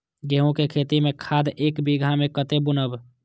गेंहू के खेती में खाद ऐक बीघा में कते बुनब?